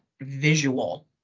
visual